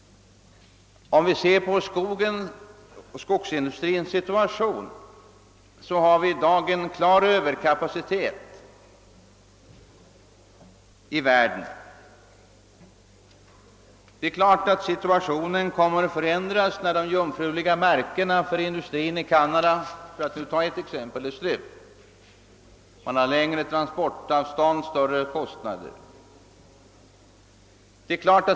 Om vi ser på skogsindustrins situation finner vi att det i dag föreligger en klar överkapacitet i världen. Situationen kommer naturligtvis att förändras när de jungfruliga markerna för industrin i Canada, för att nu ta ett exempel, är slut. Man får ju där längre transportavstånd och större kostnader.